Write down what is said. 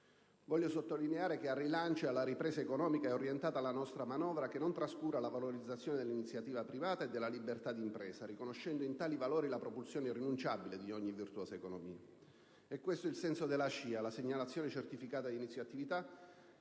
Voglio sottolineare che al rilancio ed alla ripresa economica è orientata la nostra manovra, che non trascura la valorizzazione dell'iniziativa privata e della libertà di impresa, riconoscendo in tali valori la propulsione irrinunciabile di ogni virtuosa economia. È questo il senso della SCIA, la segnalazione certificata di inizio attività,